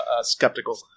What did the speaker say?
skeptical